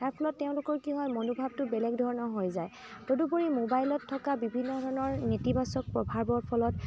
তাৰ ফলত তেওঁলোকৰ কি হয় মনোভাৱটো বেলেগ ধৰণৰ হৈ যায় তদুপৰি মোবাইলত থকা বিভিন্ন ধৰণৰ নেতিবাচক প্ৰভাৱৰ ফলত